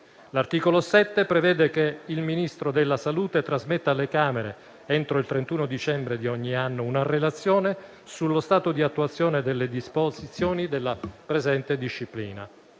L'articolo 7 prevede che il Ministro della salute trasmetta alle Camere, entro il 31 dicembre di ogni anno, una relazione sullo stato di attuazione delle disposizioni della presente disciplina.